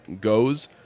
goes